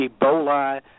Ebola